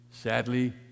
Sadly